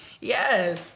yes